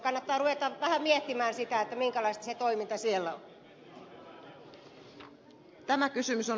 kannattaa ruveta vähän miettimään sitä minkälaista se toiminta siellä on